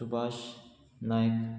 Subhash Naik